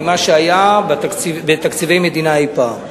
ממה שהיו בתקציבי המדינה אי-פעם.